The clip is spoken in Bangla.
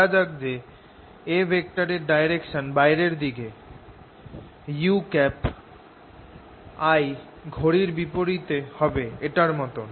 ধরা যাক যে A এর ডাইরেকশন বাইরের দিকে u I ঘড়ির বিপরিতে হবে এটার মতন